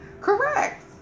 Correct